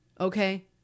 Okay